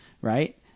right